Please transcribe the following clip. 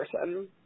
person